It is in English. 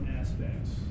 aspects